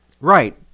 Right